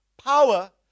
power